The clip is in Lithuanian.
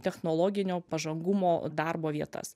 technologinio pažangumo darbo vietas